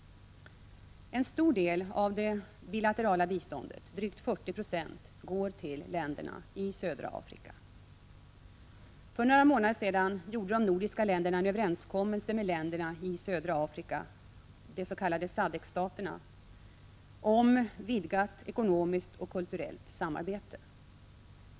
En stor del av det bilaterala biståndet — drygt 40 96 — går till länderna i södra Afrika. För några månader sedan gjorde de nordiska länderna en överenskommelse med länderna i södra Afrika, de s.k. SADCC-staterna, om vidgat ekonomiskt och kulturellt samarbete.